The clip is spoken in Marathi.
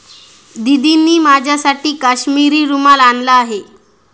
दीदींनी माझ्यासाठी काश्मिरी रुमाल आणला आहे